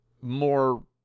more